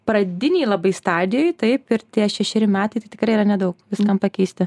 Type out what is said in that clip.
pradinėj labai stadijoj taip ir tie šešeri metai tai tikrai yra nedaug viskam pakeisti